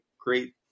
great